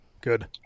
Good